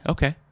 Okay